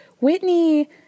Whitney